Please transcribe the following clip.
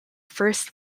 first